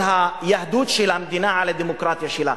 היהדות של המדינה על הדמוקרטיה שלה.